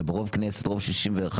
אלא ברוב כנסת רוב 61,